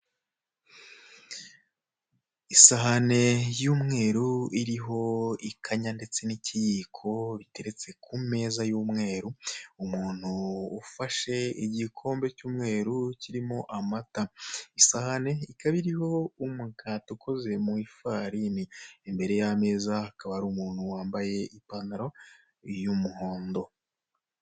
Isahane y'umweru iriho ikanya ndetse n'ikiyiko, biteretse ku meza y'umweru, umuntu ufashe igikombe cy'umweru kirimo amata. Isahani ikaba iriho umukati ukoze mu ifarini. Imbere y'ameza hakaba hari umuntu wambaye ipantaro y'umuhondo.